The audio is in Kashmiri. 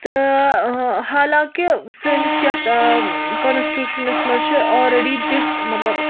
تہٕ حالانٛکہِ سٲنِس یَتھ کانَسٹیٛوٗشَنَس منٛز چھُ اَل ریڈی دِتھ مَطلب